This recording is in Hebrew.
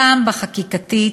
פעם בחקיקתית,